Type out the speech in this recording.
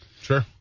Sure